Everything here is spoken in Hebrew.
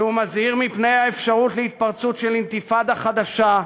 שהוא מזהיר מפני האפשרות של התפרצות אינתיפאדה חדשה,